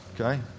Okay